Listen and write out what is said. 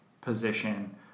position